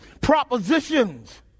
propositions